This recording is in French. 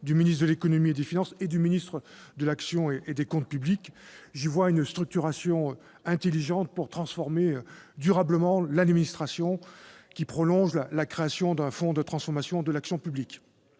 du ministre de l'économie et des finances et du ministre de l'action et des comptes publics. J'y vois une structuration intelligente pour transformer durablement l'administration, qui vient prolonger la création d'un fonds de transformation de l'action publique.